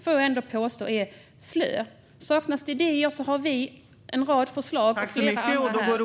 Om det saknas idéer har vi och flera andra här en rad förslag.